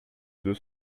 deux